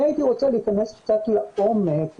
אני הייתי רוצה להיכנס קצת לעומק,